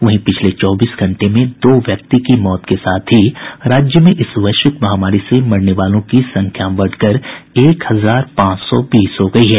वहीं पिछले चौबीस घंटे में दो व्यक्ति की मौत के साथ ही राज्य में इस वैश्विक महामारी से मरने वालों की संख्या बढ़कर एक हजार पांच सौ बीस हो गई है